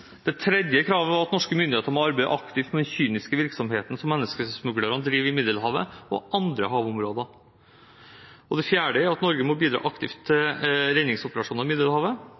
Det tredje kravet var at norske myndigheter må arbeide aktivt mot den kyniske virksomheten som menneskesmuglerne driver i Middelhavet, og i andre havområder. Det fjerde er at Norge må bidra aktivt til redningsoperasjoner i Middelhavet.